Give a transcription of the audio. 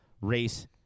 race